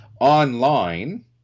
online